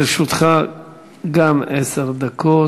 גם לרשותך עשר דקות.